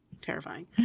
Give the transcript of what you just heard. Terrifying